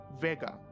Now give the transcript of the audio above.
vega